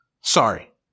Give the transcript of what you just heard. Sorry